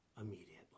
immediately